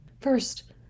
First